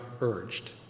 urged